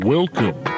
Welcome